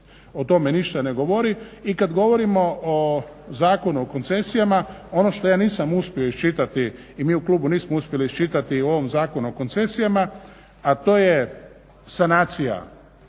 o tome ništa ne govori. I kad govorimo o Zakonu o koncesijama, ono što ja nisam uspio iščitati i mi u klubu nismo uspjeli iščitati u ovom Zakonu o koncesijama, a to je sanacija